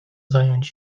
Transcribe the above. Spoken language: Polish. zająć